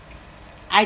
I